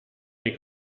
nei